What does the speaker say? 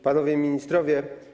Panowie Ministrowie!